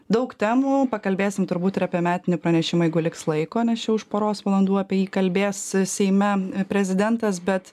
daug temų pakalbėsim turbūt ir apie metinį pranešimą jeigu liks laiko nes čia už poros valandų apie jį kalbės seime prezidentas bet